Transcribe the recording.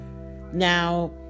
Now